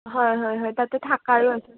হয় হয় হয় তাতে থকাৰো আছে